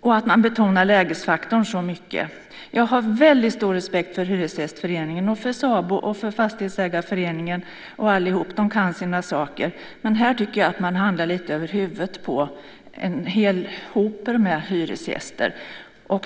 och att man betonar lägesfaktorn så mycket. Jag har väldigt stor respekt för Hyresgästföreningen, SABO, Fastighetsägarföreningen och alla andra. De kan sina saker. Men här tycker jag att man handlar lite över huvudet på en hel hoper med hyresgäster.